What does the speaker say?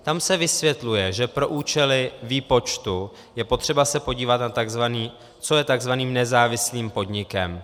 Tam se vysvětluje, že pro účely výpočtu je potřeba se podívat, co je tzv. nezávislým podnikem.